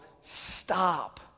stop